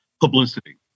publicity